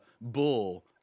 bull